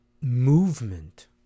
Movement